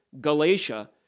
Galatia